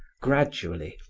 gradually,